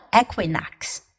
equinox